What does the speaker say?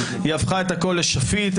היא הפכה את הכול לשפיט,